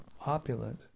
opulent